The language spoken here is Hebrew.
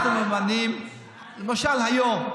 אנחנו ממנים, למשל היום,